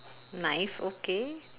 knife okay